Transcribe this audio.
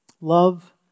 love